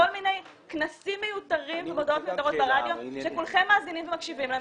מיני כנסים מיותרים ומודעות מיותרות ברדיו שכולכם מאזינים ומקשיבים להם.